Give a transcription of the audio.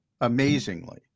amazingly